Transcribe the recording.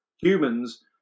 humans